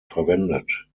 verwendet